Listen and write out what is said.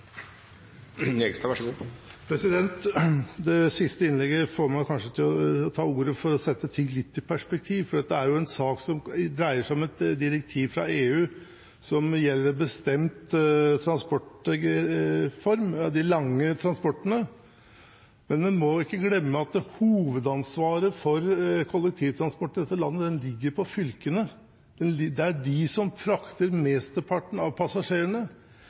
Det siste innlegget fikk meg til å ta ordet for å sette ting litt i perspektiv. Dette er en sak som dreier seg om et direktiv fra EU som gjelder en bestemt transportform – de lange transportene. Men vi må ikke glemme at hovedansvaret for kollektivtransporten i dette landet ligger i fylkene. Det er de som frakter mesteparten av passasjerene.